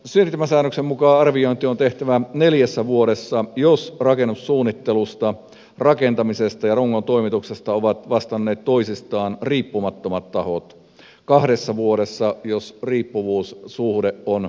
siirtymäsäännöksen mukaan arviointi on tehtävä neljässä vuodessa jos rakennussuunnittelusta rakentamisesta ja rungon toimituksesta ovat vastanneet toisistaan riippumattomat tahot kahdessa vuodessa jos riippuvuussuhde on olemassa